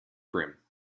brim